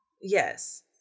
Yes